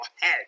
head